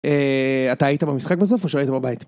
אתה היית במשחק בסוף, או שהיית בבית?